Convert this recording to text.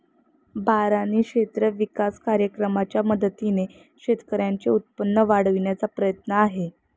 बारानी क्षेत्र विकास कार्यक्रमाच्या मदतीने शेतकऱ्यांचे उत्पन्न वाढविण्याचा प्रयत्न आहे